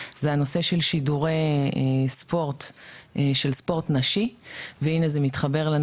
זה הנושא של שידורי ספורט של ספורט נשי והנה זה מתחבר לנו